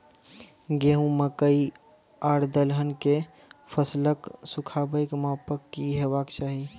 गेहूँ, मकई आर दलहन के फसलक सुखाबैक मापक की हेवाक चाही?